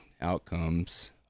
outcomes